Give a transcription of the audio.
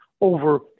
over